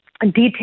detail